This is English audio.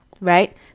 right